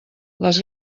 les